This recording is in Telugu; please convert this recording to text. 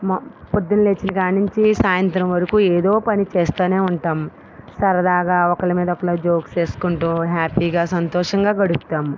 మ పొద్దున లేచిన కాడనుంచి సాయంత్రం వరకు ఏదో పని చేస్తా ఉంటాం సరదాగా ఒకరు మీద ఒకరు జోక్స్ వేసుకుంటు హ్యాపీగా సంతోషంగా గడుపుతాం